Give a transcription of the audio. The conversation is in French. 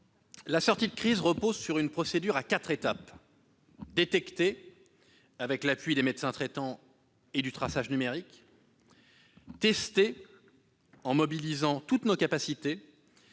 La sortie de crise repose sur une procédure en quatre étapes : détecter, avec l'appui des médecins traitants et du traçage numérique ; tester, en mobilisant toutes nos capacités